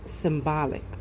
symbolic